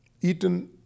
eaten